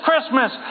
Christmas